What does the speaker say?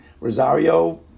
Rosario